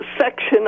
section